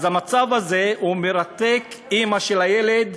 אז המצב הזה מרתק את האימא של הילד,